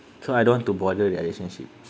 so I don't want to bother their relationship